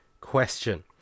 question